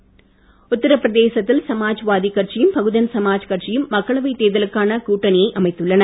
BSP உத்தரபிரதேசத்தில் சமாஜ்வாதிக் கட்சியும் பகுஜன் சமாஜ் கட்சியும் மக்களவை தேர்தலுக்கான கூட்டணியை அமைத்துள்ளன